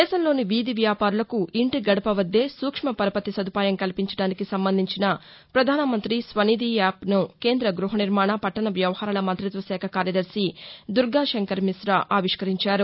దేశంలోని వీధి వ్యాపారులకు ఇంటి గడప వద్దే సూక్ష్మ పరపతి సదుపాయం కల్పించడానికి సంబంధించిన పధానమంత్రి స్వనిధి యావ్ ను కేంద్ర గృహ నిర్మాణ పట్టణ వ్యవహారాల మంతిత్వ శాఖ కార్యదర్శి దుర్గా శంకర్ మి్రా ఆవిష్కరించారు